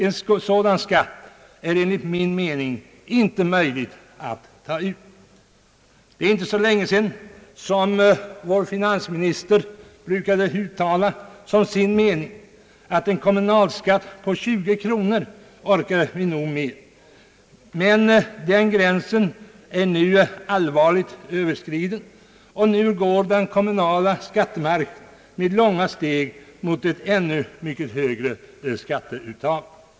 En sådan skatt är det enligt min mening inte möjligt att ta ut. Det är inte så länge sedan som vår finansminister brukade uttala som sin mening att vi nog orkar med en kommunalskatt på 20 kronor. Men den gränsen är nu allvarligt överskriden, och nu går den kommunala skattemarschen med långa steg mot ett ännu mycket högre skatteuttag.